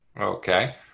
Okay